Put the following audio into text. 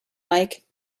like